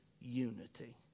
unity